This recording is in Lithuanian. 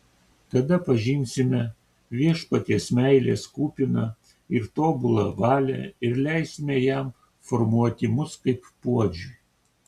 tada pažinsime viešpaties meilės kupiną ir tobulą valią ir leisime jam formuoti mus kaip puodžiui